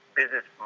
business